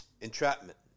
Entrapment